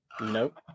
Nope